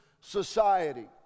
society